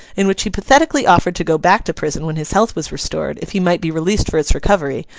in which he pathetically offered to go back to prison when his health was restored, if he might be released for its recovery,